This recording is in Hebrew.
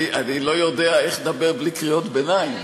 אני לא יודע איך לדבר בלי קריאות ביניים.